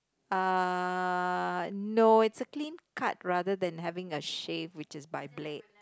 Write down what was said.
uh no it's a clean cut rather than having a shave which is by blade